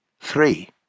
Three